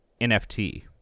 NFT